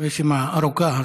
הרשימה ארוכה,